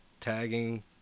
tagging